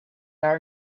are